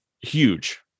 huge